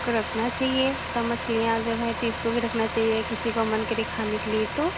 को रखना चाहिए सब मछलियाँ जो हैं तो इस को भी रखना चाहिए किसी का मन करे खाने के लिए तो